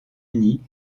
uni